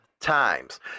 times